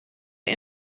der